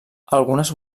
algunes